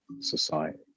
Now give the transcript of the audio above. society